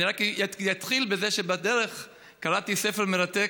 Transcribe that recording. אני רק אתחיל בזה שבדרך קראתי ספר מרתק,